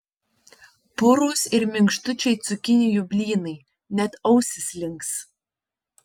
purūs ir minkštučiai cukinijų blynai net ausys links